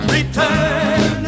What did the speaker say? Return